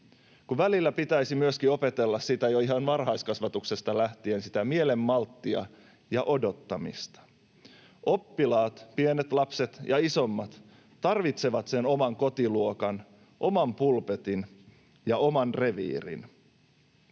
kun välillä pitäisi myöskin opetella jo ihan varhaiskasvatuksesta lähtien sitä mielenmalttia ja odottamista. Oppilaat, pienet lapset ja isommat, tarvitsevat sen oman kotiluokan, oman pulpetin ja oman reviirin.